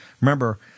remember